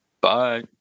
Bye